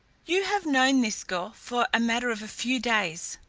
you have known this girl for a matter of a few days,